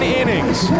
innings